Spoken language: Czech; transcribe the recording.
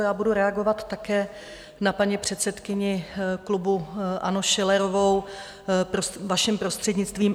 Já budu reagovat také na paní předsedkyni klubu ANO Schillerovou, vašim prostřednictvím.